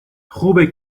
خوبه